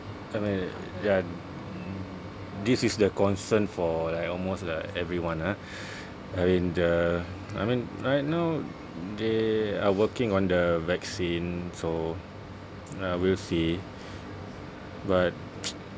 I mean ya this is the concern for like almost like everyone ah I mean the I mean right now they are working on the vaccine so ya we'll see but